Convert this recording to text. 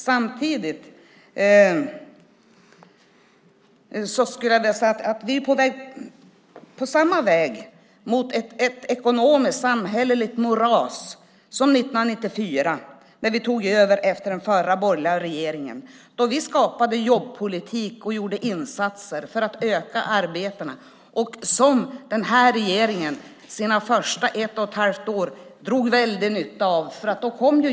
Samtidigt är vi på samma väg mot ett ekonomiskt och samhälleligt moras som när vi tog över 1994 efter den förra borgerliga regeringen. Vi skapade jobbpolitik och gjorde insatser för att öka antalet arbeten. Den här regeringen drog under sina första ett och ett halvt år väldig nytta av det. Jobben kom då.